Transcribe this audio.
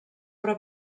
però